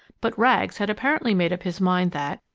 but rags had apparently made up his mind that,